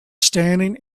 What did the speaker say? standing